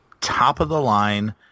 top-of-the-line